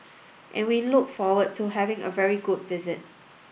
and we look forward to having a very good visit